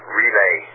relay